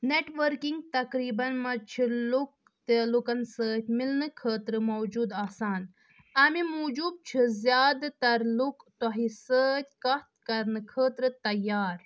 networking تقریٖبن منٛز چھ لُکھ تہِ لُکن سۭتۍ مِلنہٕ خٲطرٕ موٗجوٗد آسان امہِ موٗجوٗب چھِ زیادٕ تر لُکھ تۄہہِ سۭتۍ کتھ کرنہٕ خٲطرٕ تیار